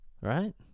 Right